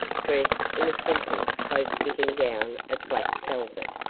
dressed in a simple, close-fitting gown of black velvet,